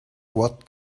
what